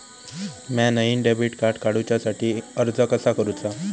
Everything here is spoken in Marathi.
म्या नईन डेबिट कार्ड काडुच्या साठी अर्ज कसा करूचा?